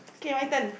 kay my turn